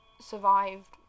survived